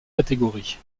catégories